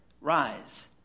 Rise